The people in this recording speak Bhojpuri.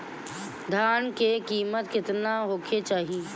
धान के किमत केतना होखे चाही?